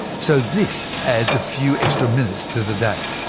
so this adds a few extra minutes to the day.